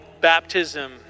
baptism